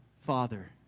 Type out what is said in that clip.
Father